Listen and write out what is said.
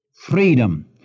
freedom